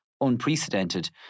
unprecedented